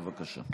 בבקשה.